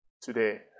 today